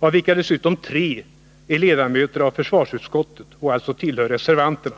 av vilka dessutom tre är ledamöter av försvarsutskottet och alltså tillhör reservanterna.